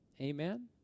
Amen